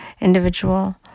individual